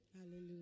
Hallelujah